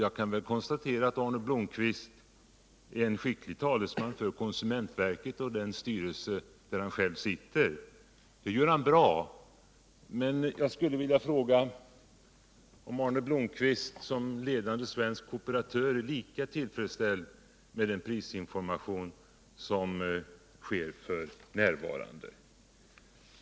Jag kan i och för sig konstatera att Arne Blomkvist är en skicklig talesman för konsumentverket och dess styrelse som han själv sitter i — han företräder dem bra — men jag skulle vilja fråga om Arne Blomkvist som ledande svensk kooperatör är lika tillfredsställd med den prisinformation som sker f. n.